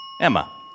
Emma